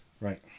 Right